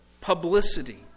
publicity